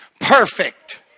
perfect